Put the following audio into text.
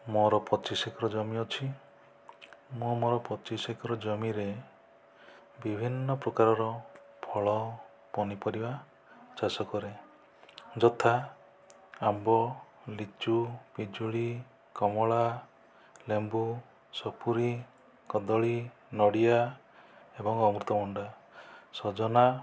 ମୋର ପଚିଶ ଏକର ଜମି ଅଛି ମୁଁ ମୋର ପଚିଶ ଆକାର ଜମିରେ ବିଭିନ୍ନ ପ୍ରକାରର ଫଳ ଏବଂ ପନିପରିବା ଚାଷ କରେ ଯଥା ଆମ୍ବ ଲିଚୁ ପିଜୁଳି କମଳା ଲେମ୍ବୁ ସପୁରି କଦଳୀ ନଡ଼ିଆ ଏବଂ ଅମୃତଭଣ୍ଡା ସଜନା